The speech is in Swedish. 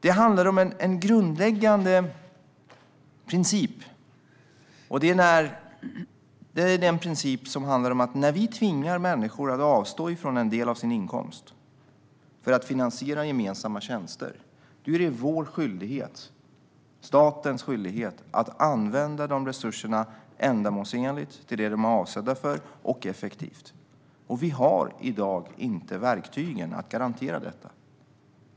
Det handlar nämligen om en grundläggande princip: När vi tvingar människor att avstå en del av sin inkomst för att finansiera gemensamma tjänster är det statens skyldighet att använda de resurserna ändamålsenligt, till det de är avsedda för och effektivt. Vi har i dag inte verktygen att garantera detta.